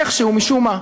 איכשהו, משום מה,